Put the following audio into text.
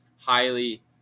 highly